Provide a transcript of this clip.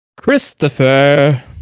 Christopher